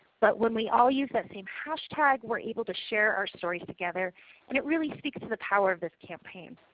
but when we all use that same hashtag we are able to share our stories together and it really speaks to the power of this campaign.